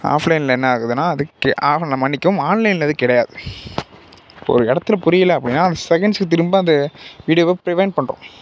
ஆஃப்லைனில் என்ன ஆகுதுனால் அது ஆ என்னை மன்னிக்கவும் ஆன்லைனில் அது கிடையாது ஒரு இடத்துல புரியலை அப்படினா அந்த செகண்ட்ஸ்க்கு திரும்ப அந்த வீடியோவை பிரிவைண்ட் பண்ணுறோம்